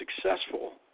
successful